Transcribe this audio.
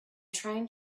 trying